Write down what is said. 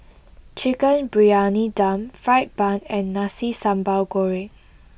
Chicken Briyani Dum Fried Bun and Nasi Sambal Goreng